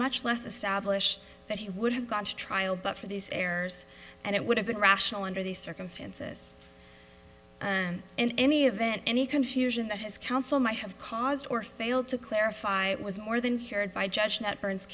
much less establish that he would have gone to trial but for these errors and it would have been rational under these circumstances in any event any confusion that his counsel might have caused or failed to clarify was more than cured by judge that burns